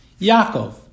Yaakov